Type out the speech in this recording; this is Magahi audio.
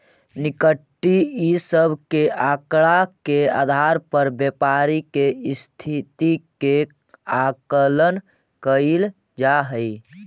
निफ़्टी इ सब के आकड़ा के आधार पर व्यापारी के स्थिति के आकलन कैइल जा हई